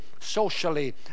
socially